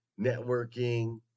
Networking